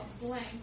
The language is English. blank